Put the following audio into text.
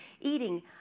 eating